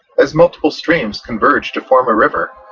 as multiple streams converge to form a river,